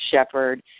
Shepard